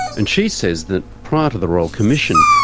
and she says that prior to the royal commission,